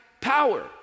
power